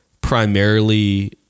primarily